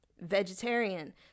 vegetarian